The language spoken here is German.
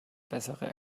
bessere